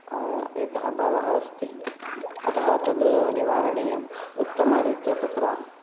एकः भावः अस्ति अतः तद् निवारणीयम् उत्तमरीत्या तत्र